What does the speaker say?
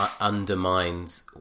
undermines